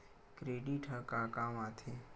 Credit ह का काम आथे?